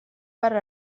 per